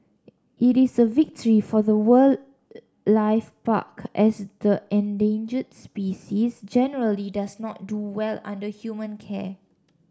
it is a victory for the wildlife park as the endangered species generally does not do well under human care